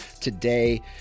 today